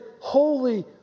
holy